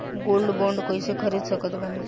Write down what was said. Gold bond कईसे खरीद सकत बानी?